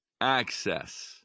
access